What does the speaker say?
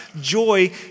joy